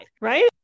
right